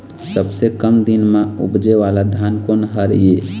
सबसे कम दिन म उपजे वाला धान कोन हर ये?